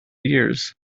years